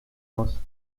muss